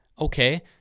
Okay